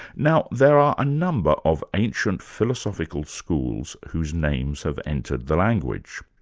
now there are a number of ancient philosophical schools whose names have entered the language.